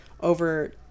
over